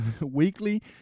weekly